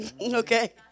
Okay